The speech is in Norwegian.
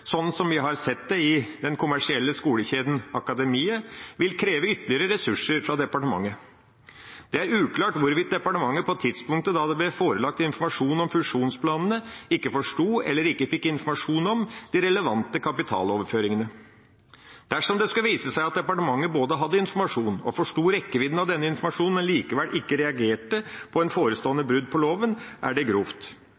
som vi har sett det i den kommersielle skolekjeden Akademiet, vil kreve ytterligere ressurser fra departementet. Det er uklart hvorvidt departementet på tidspunktet da det ble forelagt informasjon om fusjonsplanene, ikke forsto eller ikke fikk informasjon om de relevante kapitaloverføringene. Dersom det skulle vise seg at departementet både hadde informasjon og forsto rekkevidden av denne informasjonen, men likevel ikke reagerte på